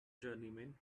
journeyman